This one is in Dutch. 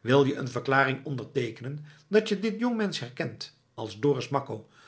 wil je een verklaring onderteekenen dat je dit jongmensch herkent als dorus makko